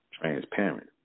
transparent